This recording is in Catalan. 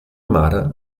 mare